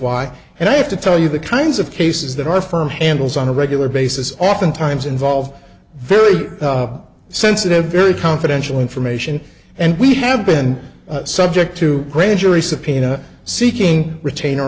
why and i have to tell you the kinds of cases that our firm handles on a regular basis oftentimes involve very sensitive very confidential information and we have been subject to grand jury subpoena seeking retainer